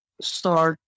start